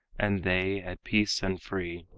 and they at peace and free,